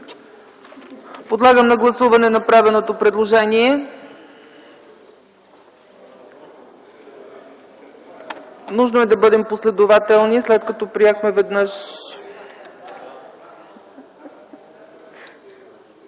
Подлагам на гласуване направеното предложение. Нужно е да бъдем последователни, след като веднъж